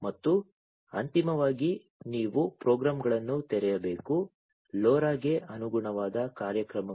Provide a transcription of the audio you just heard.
ಮತ್ತು ಅಂತಿಮವಾಗಿ ನೀವು ಪ್ರೋಗ್ರಾಂಗಳನ್ನು ತೆರೆಯಬೇಕು LoRaಗೆ ಅನುಗುಣವಾದ ಕಾರ್ಯಕ್ರಮಗಳು